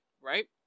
Right